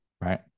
Right